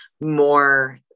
more